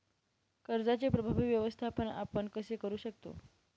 कर्जाचे प्रभावी व्यवस्थापन आपण कसे करु शकतो?